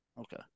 Okay